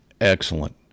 Excellent